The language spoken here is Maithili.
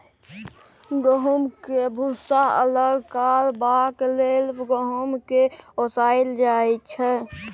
गहुँम सँ भुस्सा अलग करबाक लेल गहुँम केँ ओसाएल जाइ छै